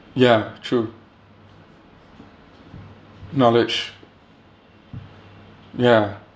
ya true knowledge ya